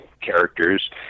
characters